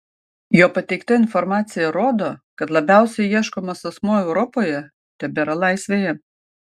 jo pateikta informacija rodo kad labiausiai ieškomas asmuo europoje tebėra laisvėje